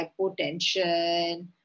hypotension